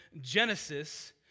Genesis